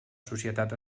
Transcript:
societat